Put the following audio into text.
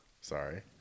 Sorry